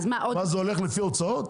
מה, זה הולך לפי הוצאות?